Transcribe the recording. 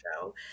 show